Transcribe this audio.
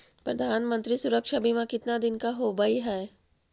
प्रधानमंत्री मंत्री सुरक्षा बिमा कितना दिन का होबय है?